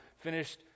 finished